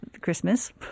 Christmas